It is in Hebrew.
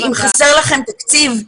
אם חסר לכם תקציב,